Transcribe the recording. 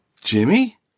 Jimmy